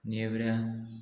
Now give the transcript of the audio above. नेवऱ्या